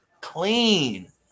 clean